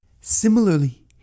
Similarly